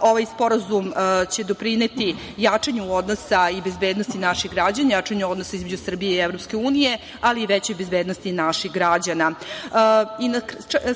ovaj sporazum će doprineti jačanju odnosa i bezbednosti naših građana, jačanje odnosa između Srbije i EU, ali i veće bezbednosti naših građana. Na samom